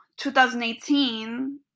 2018